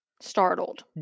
Startled